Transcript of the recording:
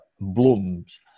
blooms